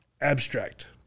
abstract